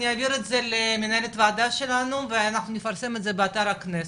אני יעביר את זה למנהלת הועדה שלנו ואנחנו נפרסם את זה באתר הכנסת,